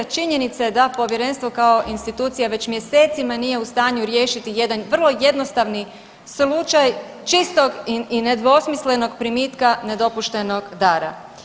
Činjenica je da povjerenstvo kao institucija već mjesecima nije u stanju riješiti jedan vrlo jednostavno slučaj čistog i nedvosmislenog primitka nedopuštenog dara.